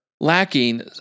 lacking